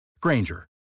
Granger